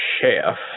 chef